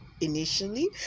initially